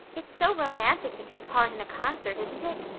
it's so romantic to take part in a concert, isn't it?